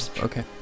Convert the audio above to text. okay